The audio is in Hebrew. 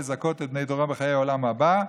לזכות את בני דורו בחיי עולם הבא,